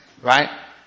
Right